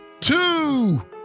Two